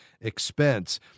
expense